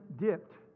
dipped